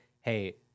hey